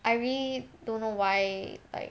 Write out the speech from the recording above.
I really don't know why like